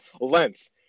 length